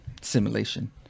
simulation